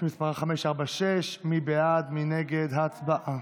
התשפ"ב 2021 לוועדת העבודה והרווחה נתקבלה.